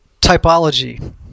Typology